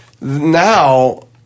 now